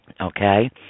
Okay